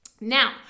Now